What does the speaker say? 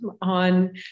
on